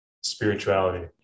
spirituality